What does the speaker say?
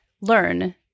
learn